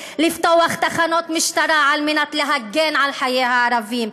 לפתוח תחנות משטרה על מנת להגן על חיי הערבים.